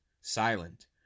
silent